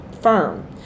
firm